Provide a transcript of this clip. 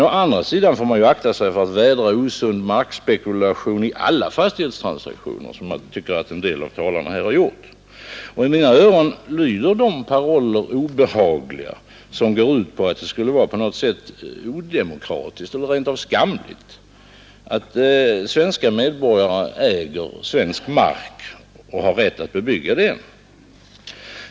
Å andra sidan bör man akta sig för att vädra osund markspekulation i alla fastighetstransaktioner, vilket jag tycker en del av talarna har gjort. Och i mina öron lyder de paroller obehagliga som går ut på att det skulle vara på något sätt odemokratiskt eller rent av skamligt att svenska medborgare äger svensk mark och har rätt att bebygga den.